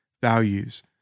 values